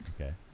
okay